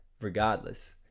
regardless